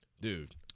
Dude